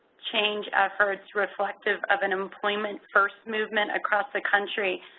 change efforts, reflective of an employment first movement across the country,